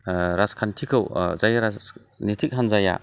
राजखान्थिखौ जाय राजनिथिख हान्जाया